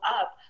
up